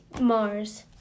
Mars